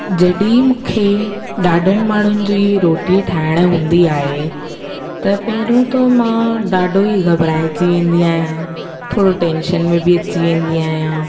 जॾहिं मूंखे ॾाढनि माण्हुनि जी रोटी ठाहिणी हूंदी आहे त पहिरियों त मां ॾाढो ई घबराइजी वेंदी आहियां थोरो टेंशन में बि अची वेंदी आहियां